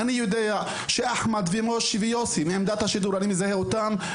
אני יודע שאחמד ומשה ויוסי מעמדת השידור אני מזהה אותם,